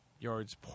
yards